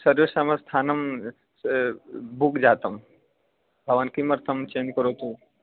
सर्वेषां स्थानं बुक् जातं भवान् किमर्थं चेञ्ज् करोति